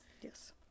yes